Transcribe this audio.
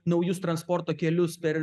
naujus transporto kelius per